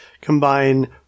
combine